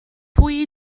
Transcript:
pwy